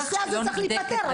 הנושא הזה צריך להיפתר.